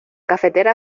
cafetera